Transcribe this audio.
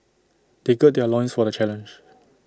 they gird their loins for the challenge